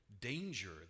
danger